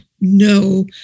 no